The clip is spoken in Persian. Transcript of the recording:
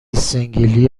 سینگلی